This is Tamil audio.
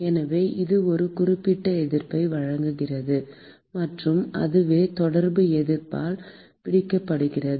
எனவே இது ஒரு குறிப்பிட்ட எதிர்ப்பை வழங்குகிறது மற்றும் அதுவே தொடர்பு எதிர்ப்பால் பிடிக்கப்படுகிறது